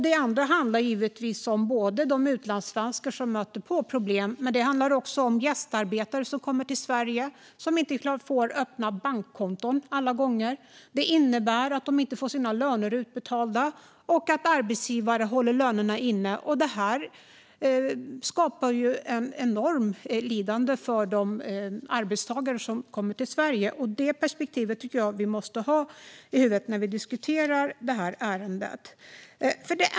Det andra handlar givetvis om de utlandssvenskar som möter problem, men också om gästarbetare som kommer till Sverige. De får inte öppna bankkonton alla gånger. Det innebär att de inte får sina löner utbetalda och att arbetsgivare håller inne lönerna. Det här skapar ett enormt lidande för de arbetstagare som kommer till Sverige, och det perspektivet tycker jag att vi måste ha i huvudet när vi diskuterar detta ärende.